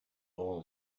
all